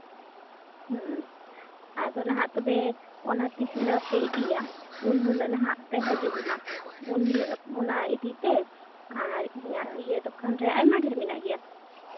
ᱟᱫᱚ ᱱᱟᱦᱟᱜ ᱛᱚᱵᱮ ᱚᱱᱟ ᱛᱤᱸᱥ ᱦᱤᱞᱳᱜ ᱯᱮ ᱤᱫᱤᱭᱟ ᱩᱱ ᱦᱤᱞᱳᱜ ᱱᱟᱦᱟᱜ ᱯᱮ ᱦᱤᱡᱩᱜ ᱢᱟ ᱩᱱ ᱦᱤᱞᱳᱜ ᱚᱱᱟ ᱤᱫᱤ ᱯᱮ ᱟᱨ ᱤᱧᱟᱹᱜ ᱫᱚᱠᱟᱱ ᱨᱮ ᱟᱭᱢᱟ ᱰᱷᱮᱨ ᱢᱮᱱᱟᱜ ᱜᱮᱭᱟ